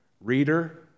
Reader